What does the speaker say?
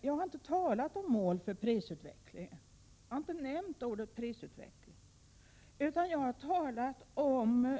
Jag har inte talat om mål för prisutvecklingen, jag har inte nämnt ordet prisutveckling, utan jag har talat om